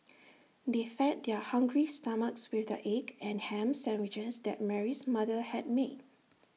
they fed their hungry stomachs with the egg and Ham Sandwiches that Mary's mother had made